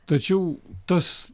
tačiau tas